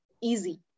easy